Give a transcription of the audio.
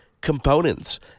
components